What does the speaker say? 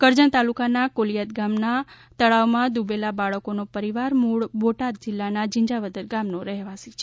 કરજણ તાલુકાના કોલિયાદ ગામના તળાવમાં ડૂબેલાં બાળકોનો પરિવાર મૂળ બોટાદ જિલ્લાના જિંજાવદર ગામનો રહેવાસી છે